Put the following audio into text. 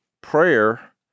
prayer